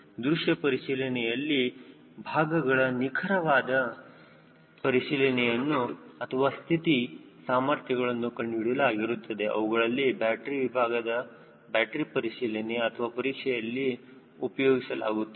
ದೃಶ್ಯ ಪರಿಶೀಲನೆಯಲ್ಲಿ ಭಾಗಗಳ ನಿಖರವಾದ ಪರಿಶೀಲನೆಯನ್ನು ಅದರ ಸ್ಥಿತಿ ಸಾಮರ್ಥ್ಯಗಳನ್ನು ಕಂಡುಹಿಡಿಯಲು ಆಗಿರುತ್ತದೆ ಅವುಗಳನ್ನು ಬ್ಯಾಟರಿ ವಿಭಾಗದಲ್ಲಿ ಬ್ಯಾಟರಿ ಪರಿಶೀಲನೆ ಅಥವಾ ಪರೀಕ್ಷೆಯಲ್ಲಿ ಉಪಯೋಗಿಸಲಾಗುತ್ತದೆ